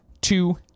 two